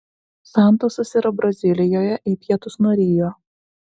santosas yra brazilijoje į pietus nuo rio